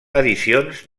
edicions